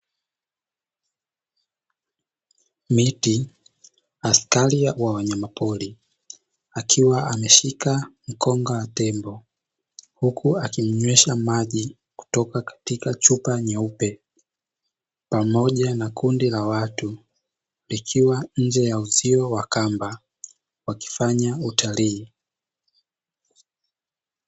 Miti, askari wa wanyama pori akiwa ameshika mkonga wa tembo huku akimnywesha maji kutoka katika chupa nyeupe; pamoja na kundi la watu likiwa nje ya uzio wa kamba wakifanya utalii.